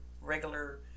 regular